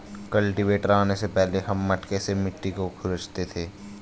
cultivator आने से पहले हम मटके से मिट्टी को खुरंचते थे